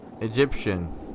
Egyptian